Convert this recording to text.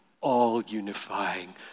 all-unifying